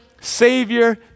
Savior